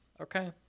Okay